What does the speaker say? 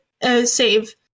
save